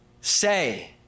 say